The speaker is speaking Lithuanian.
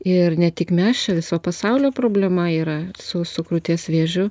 ir ne tik mes čia viso pasaulio problema yra su su krūties vėžiu